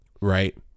right